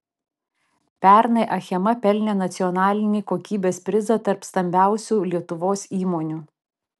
pernai achema pelnė nacionalinį kokybės prizą tarp stambiausių lietuvos įmonių